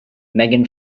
megan